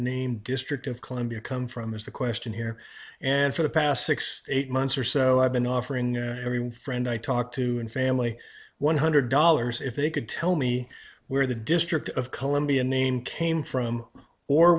name district of columbia come from is the question here and for the past six eight months or so i've been offering every friend i talk to and family one hundred dollars if they could tell me where the district of columbia name came from or